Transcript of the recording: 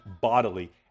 bodily